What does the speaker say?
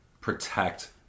Protect